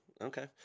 okay